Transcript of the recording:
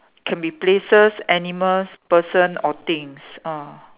can be places animals person or things ah